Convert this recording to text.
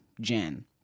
Jen